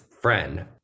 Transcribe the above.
friend